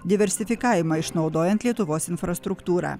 diversifikavimą išnaudojant lietuvos infrastruktūrą